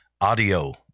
audio